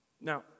Now